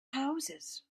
houses